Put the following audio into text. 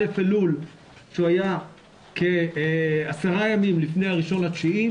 א' אלול שהיה כעשרה ימים לפני ה-1.9,